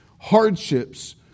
hardships